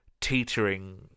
teetering